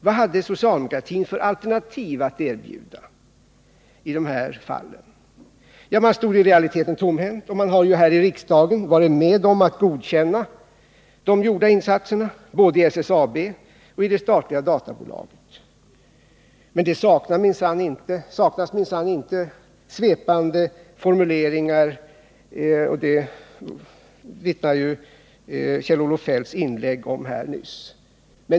Vad hade socialdemokratin för alternativ att erbjuda i de här fallen? Ja, man stod i realiteten tomhänt, och man har i riksdagen varit med om att godkänna de gjorda insatserna, både i SSAB och i det statliga databolaget. Men det saknas minsann inte svepande formuleringar, och det vittnade Kjell-Olof Feldts inlägg nyss om.